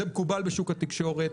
זה מקובל בשוק התקשורת,